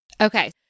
Okay